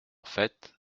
fait